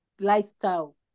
lifestyle